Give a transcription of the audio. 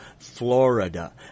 Florida